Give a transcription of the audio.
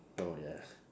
oh yeah